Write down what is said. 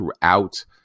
throughout